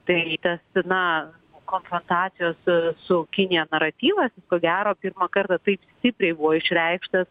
tai tas na konfrontacijos su kinija naratyva ko gero pirmą kartą taip stipriai buvo išreikštas